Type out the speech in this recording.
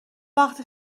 وقتی